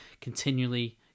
continually